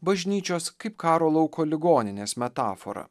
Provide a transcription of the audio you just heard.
bažnyčios kaip karo lauko ligoninės metaforą